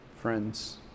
Friends